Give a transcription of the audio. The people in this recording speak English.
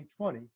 2020